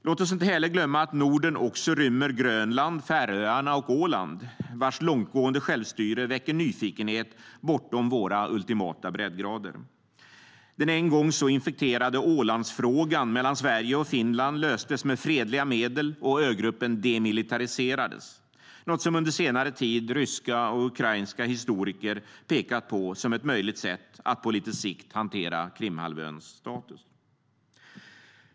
Låt oss inte heller glömma att Norden också rymmer Grönland, Färöarna och Åland, vars långtgående självstyre väcker nyfikenhet bortom våra ultimata breddgrader. Den en gång så infekterade Ålandsfrågan mellan Sverige och Finland löstes med fredliga medel och ögruppen demilitariserades, något som under senare tid ryska och ukrainska historiker pekat på som ett möjligt sätt att - på lite sikt - hantera Krimhalvöns status.